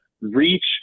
reach